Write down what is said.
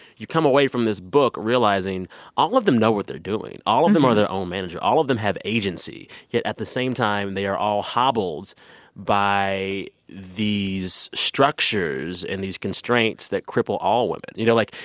you come away from this book realizing all of them know what they're doing. all of them are their own manager. manager. all of them have agency. yet at the same time, and they are all hobbled by these structures and these constraints that cripple all women. you know, like,